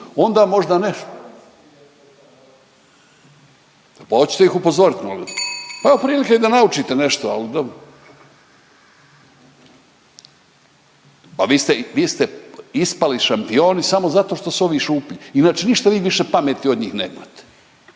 onda možda neš… pa hoćete li ih upozorit molim, pa evo prilike da naučite nešto, ali dobro. Pa vi ste, vi ste ispali šampioni samo zato što su ovi šuplji inače ništa vi više pameti od njih nemate.